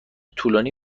طولانی